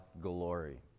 glory